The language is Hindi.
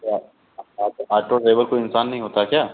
क्या आटो आटो ड्राइवर कोई इंसान नहीं होता क्या